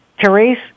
Therese